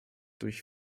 durch